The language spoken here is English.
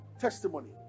testimony